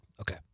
Okay